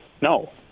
no